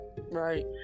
right